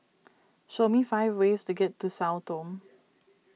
show me five ways to get to Sao Tome